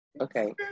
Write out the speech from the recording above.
Okay